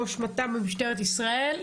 ראש מת"מ במשטרת ישראל,